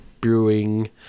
brewing